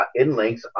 InLinks